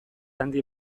handi